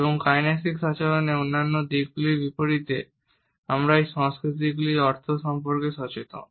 এবং কাইনেসিক আচরণের অন্যান্য দিকগুলির বিপরীতে আমরা এই সংকেতগুলির অর্থ সম্পর্কে সচেতন